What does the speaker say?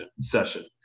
session